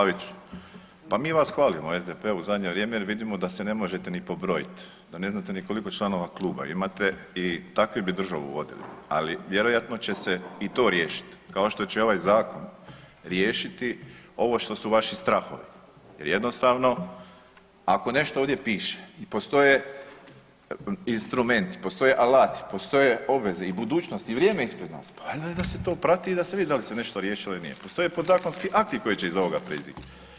Kolega Pavić, pa mi vas hvalimo SDP u zadnje vrijeme jer vidimo da se ne možete ni pobrojit, da ne znate ni koliko članova kluba imate i takvi bi državu vodili, ali vjerojatno će se i to riješit, kao što će ovaj zakon riješiti ovo što su vaši strahovi jer jednostavno ako nešto ovdje piše postoje instrumenti, postoje alati, postoje obveze i budućnost i vrijeme ispred nas, pa ajde daj da se to prati i da se vidi da li se nešto riješilo ili nije, postoje postoje podzakonski akti koji će iz ovoga proizaći.